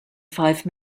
five